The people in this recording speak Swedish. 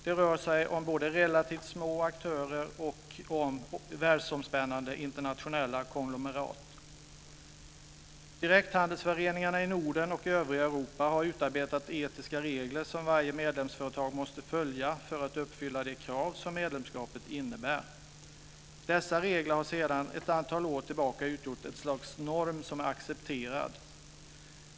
Det rör sig både om relativt små aktörer och om världsomspännande internationella konglomerat. Europa har utarbetat etiska regler som varje medlemsföretag måste följa för att uppfylla de krav som medlemskapet innebär. Dessa regler har sedan ett antal år tillbaka utgjort ett slags norm som är accepterad.